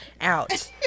out